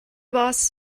boss